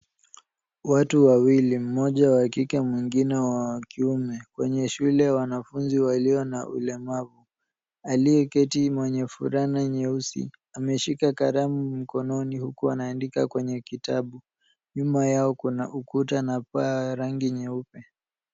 Watu wawili, mmoja wa kike mwingine wa kiume kwenye shule. Wanafunzi walio na ulemavu. Aliyeketi mwenye fulana nyeusi ameshika kalamu mkononi huku anaandika kwenye kitabu . Nyuma yao kuna ukuta na paa ya rangi nyeupe.